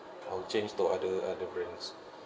I'll change to other other brands